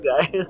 guy